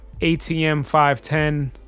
ATM-510